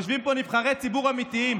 יושבים פה נבחרי ציבור אמיתיים.